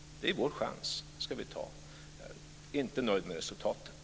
Det är vår chans. Den ska vi ta. Jag är inte nöjd med resultatet.